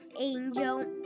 Angel